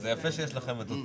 איפה הסדרנים?